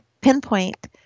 pinpoint